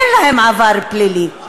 אין להם עבר פלילי,